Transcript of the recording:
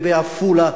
ובעפולה,